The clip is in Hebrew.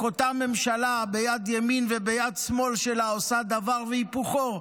איך אותה הממשלה ביד ימין וביד שמאל שלה עושה דבר והיפוכו?